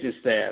staff